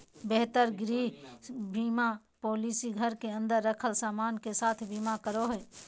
बेहतर गृह बीमा पॉलिसी घर के अंदर रखल सामान के साथ बीमा करो हय